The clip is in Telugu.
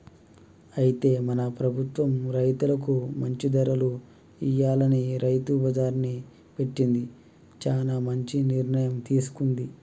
అయితే మన ప్రభుత్వం రైతులకు మంచి ధరలు ఇయ్యాలని రైతు బజార్ని పెట్టింది చానా మంచి నిర్ణయం తీసుకుంది